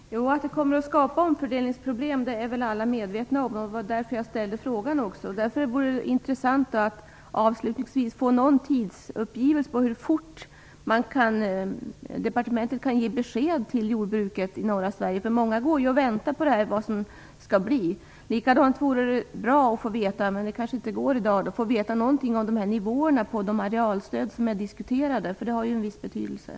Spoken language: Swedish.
Fru talman! Att detta kommer att skapa omfördelningsproblem är nog alla medvetna om. Det var också därför jag ställde den här frågan. Avslutningsvis vore det intressant att få någon tidsangivelse om hur fort departementet kan ge besked till jordbrukarna i norra Sverige. Många går ju och väntar på besked om hur det skall bli. Det vore också bra att få reda på någonting om nivåerna på de arealstöd som är diskuterade; de har ju en viss betydelse.